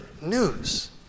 news